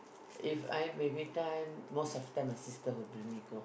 if I'm baby time most of the time my sister will bring me go